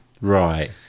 right